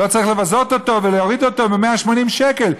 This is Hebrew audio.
לא צריך לבזות אותו ולהוריד אותו ב-180 שקל.